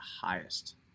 highest